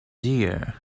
dear